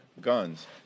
guns